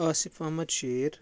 Asif Ahmad شیر